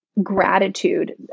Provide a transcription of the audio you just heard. gratitude